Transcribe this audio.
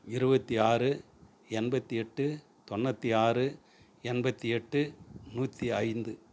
இருபத்தி ஆறு எண்பத்து எட்டு தொண்ணூற்றி ஆறு எண்பத்து எட்டு நூற்றி ஐந்து